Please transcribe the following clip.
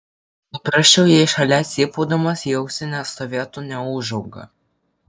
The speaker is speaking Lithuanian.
suprasčiau jei šalia cypaudamas į ausį nestovėtų neūžauga